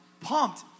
pumped